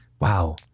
wow